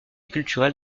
culturelle